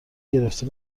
گرفته